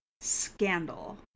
scandal